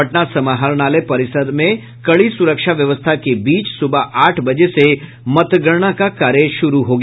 पटना समाहरणालय परिसर में कड़ी सुरक्षा व्यवस्था के बीच सुबह आठ बजे से मतगणना का कार्य शुरू हो गया